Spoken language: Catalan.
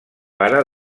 pare